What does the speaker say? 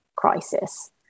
crisis